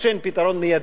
שאין פתרון מיידי.